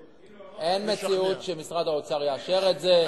הנה הוא אמר "אתה השתגעת?" אין מציאות שמשרד האוצר יאשר את זה.